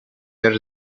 der